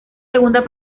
segunda